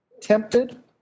tempted